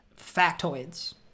factoids